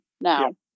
now